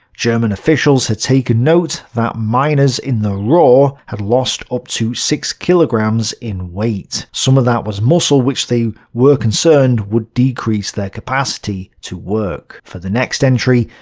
german officials had taken note that miners in the ruhr ah had lost up to six kilograms in weight some of that was muscle, which they were concerned would decrease their capacity to work. for the next entry,